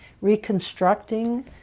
reconstructing